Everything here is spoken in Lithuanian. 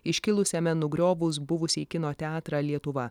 iškilusiame nugriovus buvusį kino teatrą lietuva